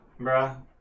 Bruh